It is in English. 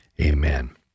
amen